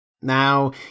Now